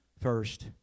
first